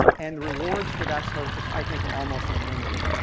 and rewards for that service, i think, are almost unlimited.